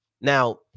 Now